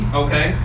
okay